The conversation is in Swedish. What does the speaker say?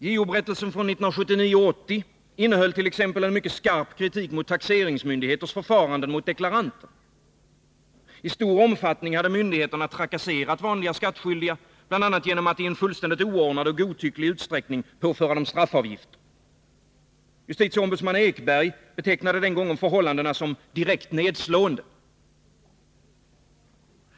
JO-berättelsen från 1979/80 innehöll t.ex. en mycket skarp kritik mot taxeringsmyndigheters förfaranden mot deklaranter. I stor omfattning hade myndigheterna trakasserat vanliga skattskyldiga, bl.a. genom att i en fullständigt oordnad och godtycklig utsträckning påföra dem straffavgifter. Justitieombudsman Ekberg betecknade den gången förhållandena som ”direkt nedslående”.